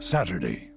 Saturday